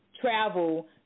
travel